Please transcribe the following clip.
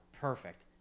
Perfect